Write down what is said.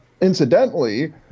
incidentally